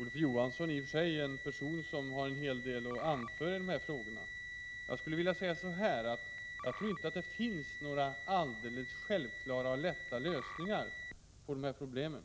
Olof Johansson i och för sig den som kanske har en hel del att anföra i sådana här frågor. Jag skulle vilja säga så här: Jag tror inte att det finns några alldeles självklara och enkla lösningar på de här problemen.